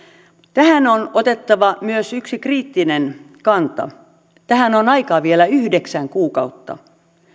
tähän on otettava myös yksi kriittinen kanta tähän on aikaa vielä yhdeksän kuukautta